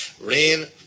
Rain